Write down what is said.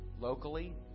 Locally